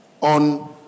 On